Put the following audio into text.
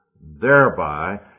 Thereby